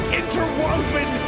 interwoven